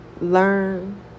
learn